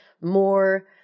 more